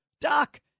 Doc